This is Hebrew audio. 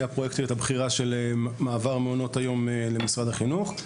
היא הפרוייקטית הבכירה של מעבר מעונות היום למשרד החינוך.